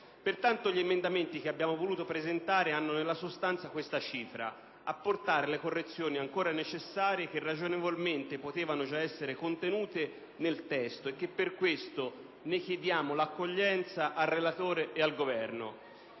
competenti. Gli emendamenti che abbiamo voluto presentare hanno nella sostanza questa cifra; apportare le correzioni ancora necessarie, che ragionevolmente potevano già essere contenute nel testo e per questo ne chiediamo l'accoglienza al relatore e al Governo.